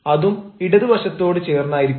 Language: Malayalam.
അതും ഇടതു വശത്തോട് ചേർന്നായിരിക്കും